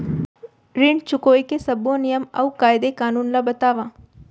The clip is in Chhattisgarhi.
ऋण चुकाए के सब्बो नियम अऊ कायदे कानून ला बतावव